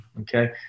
Okay